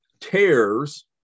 Tears